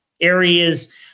areas